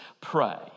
pray